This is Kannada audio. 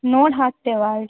ನೋಡಿ ಹಾಕ್ತೇವೆ